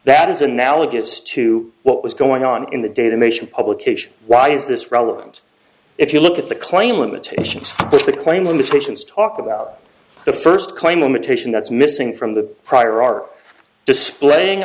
that is analogous to what was going on in the data mation publication why is this relevant if you look at the claim limitations claim limitations talk about the first claim limitation that's missing from the prior are displaying